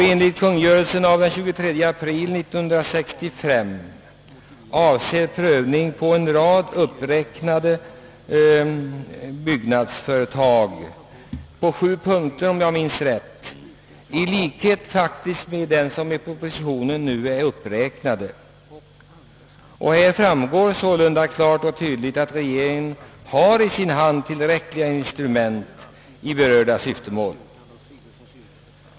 Enligt kungörelsen den 23 april 1965 skall prövning ske när det gäller en rad uppräknade byggnadsföretag i sju punkter, om jag minns rätt, i likhet med vad som faktiskt angetts i den föreliggande propositionen. Det framgår sålunda klart och tydligt att regeringen i sin hand har tillräckliga instrument i här berört syfte.